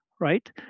right